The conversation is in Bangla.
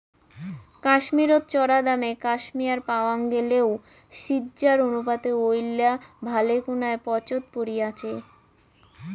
কাশ্মীরত চরাদামে ক্যাশমেয়ার পাওয়াং গেইলেও সিজ্জার অনুপাতে ঐলা ভালেকুনায় পাচোত পরি আচে